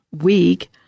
week